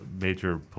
major